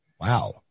Wow